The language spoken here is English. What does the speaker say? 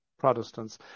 Protestants